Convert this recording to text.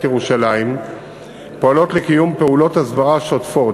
ירושלים פועלות לקיום פעולות הסברה שוטפות,